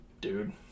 dude